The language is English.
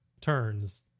turns